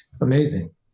Amazing